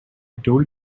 told